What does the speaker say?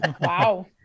Wow